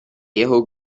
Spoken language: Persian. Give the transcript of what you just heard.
یهو